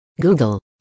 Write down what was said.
Google